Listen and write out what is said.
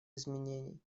изменений